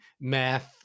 math